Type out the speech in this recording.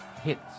hits